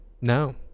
No